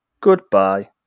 goodbye